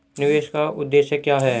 निवेश का उद्देश्य क्या है?